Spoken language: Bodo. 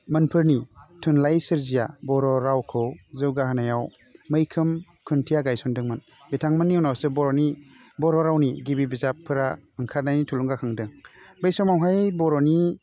मोनफोरनि थुनलाइ सोरजिया बर' रावखौ जौगाहोनायाव मैखोम खुन्थिया गायसंदोंमोन बिथांमोनि उनावसो बर'नि बर' रावनि गिबि बिजाबफोरा ओंखारनायनि थुलुंगा खांदों बै समावहाय बर'नि